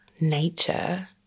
nature